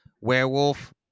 werewolf